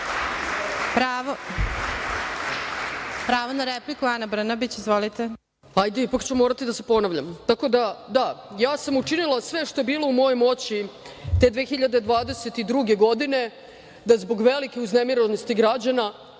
Kovač** Pravo na repliku, Ana Brbanić. Izvolite. **Ana Brnabić** Ipak ću morati da se ponavljam. Tako da, da ja sam učinila sve što je bilo u mojoj moći te 2022. godine da zbog velike uznemirenosti građana